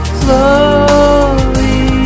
slowly